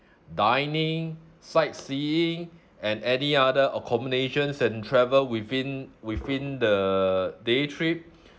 dining sightseeing and any other accommodations and travel within within the day trip